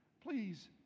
Please